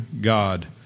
God